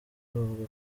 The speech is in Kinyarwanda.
bavuga